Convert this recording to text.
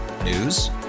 News